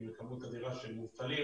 עם כמות אדירה של מובטלים,